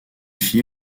fit